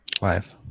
life